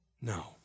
No